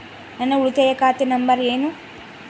ನನ್ನ ಉಳಿತಾಯ ಖಾತೆ ನಂಬರ್ ಏನು?